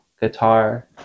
guitar